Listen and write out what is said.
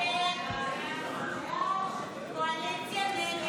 הסתייגות 81 לא נתקבלה.